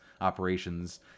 operations